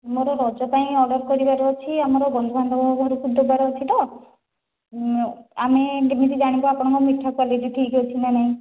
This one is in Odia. ମୋର ରଜ ପାଇଁ ଅର୍ଡ଼ର କରିବାର ଅଛି ଆମର ଗଞ୍ଜାମ ଘରେ ପିଣ୍ଡ ଦେବାର ଅଛି ତ ଆମେ କେମିତି ଜାଣିବା ଆପଣଙ୍କ ମିଠା କ୍ୱାଲିଟୀ ଠିକ୍ ଅଛି ନା ନାହିଁ